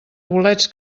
bolets